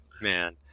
Man